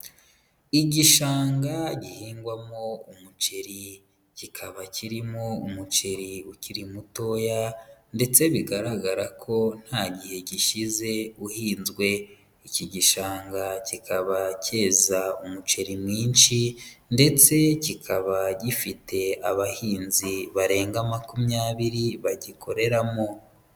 Igishanga gihingwamo umuceri, kikaba kirimo umuceri ukiri mutoya, ndetse bigaragara ko nta gihe gishize uhinzwe. Iki gishanga kikaba cyeza umuceri mwinshi, ndetse kikaba gifite abahinzi barenga makumyabiri bagikoreramo.